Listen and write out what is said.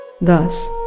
Thus